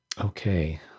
Okay